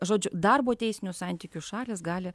žodžiu darbo teisinių santykių šalys gali